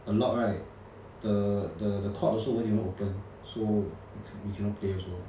allowed right the the the court also won't even open so you cannot play also